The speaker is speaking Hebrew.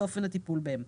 ואופן הטיפול בהם.